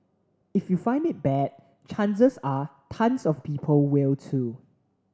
if you find it bad chances are tons of people will too